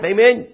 Amen